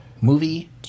movie